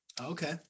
okay